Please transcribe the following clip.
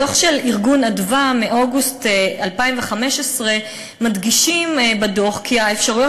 בדוח של "מרכז אדוה" מאוגוסט 2015 מדגישים כי האפשרויות